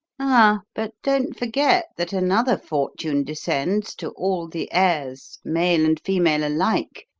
ah, but don't forget that another fortune descends to all the heirs, male and female alike,